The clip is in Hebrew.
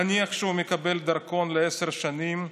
נניח שהוא מקבל דרכון לעשר שנים,